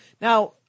Now